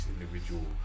individual